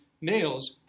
nails